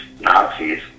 Nazis